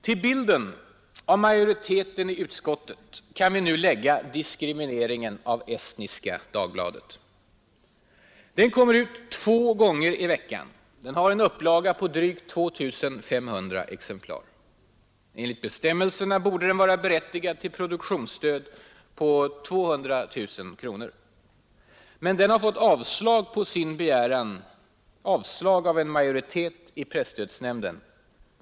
Till bilden av majoriteten i utskottet kan vi nu lägga diskrimineringen av Estniska Dagbladet. Den kommer ut två gånger i veckan och har en upplaga på drygt 2 500 exemplar. Enligt bestämmelserna borde den vara berättigad till produktionsstöd på 200000 kronor. Men den har fått avslag på sin begäran av en majoritet i presstödsnämnden.